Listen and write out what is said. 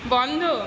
বন্ধ